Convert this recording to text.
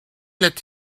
let